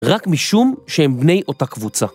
רק משום שהם בני אותה קבוצה.